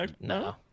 no